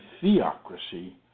theocracy